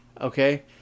Okay